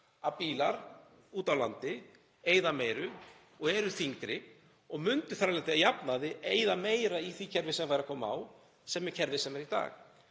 að bílar úti á landi eyða meiru og eru þyngri og myndu þar af leiðandi að jafnaði eyða meira í því kerfi sem væri verið að koma á, sem er kerfið sem er í dag.